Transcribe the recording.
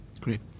Great